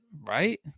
right